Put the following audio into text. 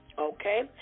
Okay